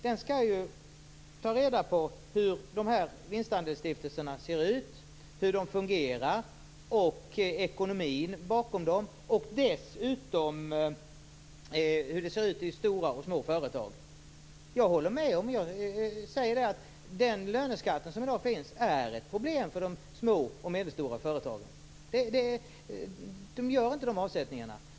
Den skall ta reda på hur vinstandelsstiftelserna ser ut, hur de fungerar, hur ekonomin bakom dem är och dessutom hur det ser ut i stora och små företag. Jag säger också att den löneskatt som finns i dag är ett problem för de små och medelstora företagen. De gör inte avsättningar.